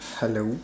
hello